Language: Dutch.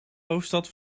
hoofdstad